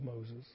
Moses